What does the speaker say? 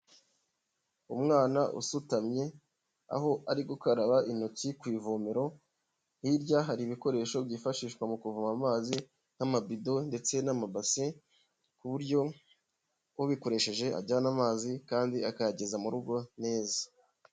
Umwana usutamye aho ari gukaraba intoki ku ivomero, hirya hari ibikoresho byifashishwa mu kuvoma amazi n'amabido ndetse n'amabase ku buryo ubikoresheje ajyana amazi kandi akayageza mu rugo neza.